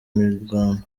mirwano